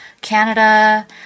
Canada